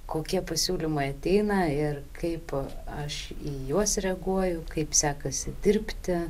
kokie pasiūlymai ateina ir kaip aš į juos reaguoju kaip sekasi dirbti